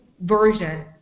version